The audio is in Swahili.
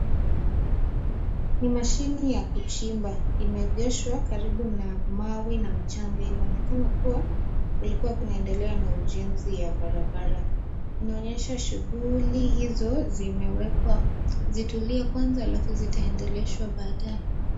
Ni mashini ya kuchimba, imeegeshwa karibu na mawe na mchanga. Inaonekana kuwa kulikuwa kunaendelea na ujenzi ya barabara. Inaonyesha shughuli hizo zimewekwa zitulie kwaza alafu zinaendeleshwa baadaye.